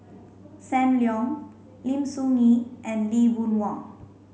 Sam Leong Lim Soo Ngee and Lee Boon Wang